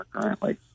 currently